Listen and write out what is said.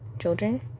Children